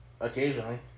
Occasionally